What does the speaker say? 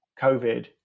covid